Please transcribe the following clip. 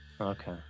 Okay